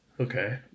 Okay